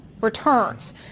returns